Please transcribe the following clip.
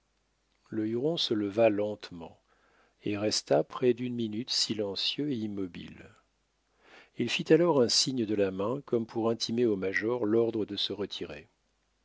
le huron se leva lentement et resta près d'une minute silencieux et immobile il fit alors un signe de la main comme pour intimer au major l'ordre de se retirer